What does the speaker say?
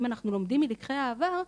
אם אנחנו לומדים מלקחי העבר,